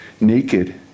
Naked